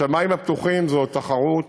שמים פתוחים, זו תחרות